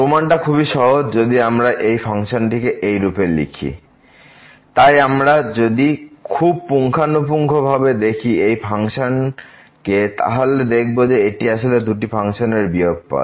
প্রমাণটা খুবই সহজ যদি আমরা ফাংশনটিকে এইরূপে লিখি xfx fb f ab ax তাই আমরা যদি খুব পুঙ্খানুপুঙ্খভাবে দেখি এই ফাংশনকে তাহলে দেখব যে এটি আসলে দুটি ফাংশনের বিয়োগফল